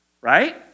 Right